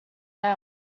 out